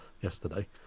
yesterday